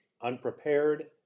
unprepared